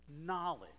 knowledge